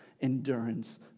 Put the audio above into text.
endurance